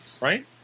right